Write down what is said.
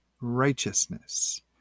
righteousness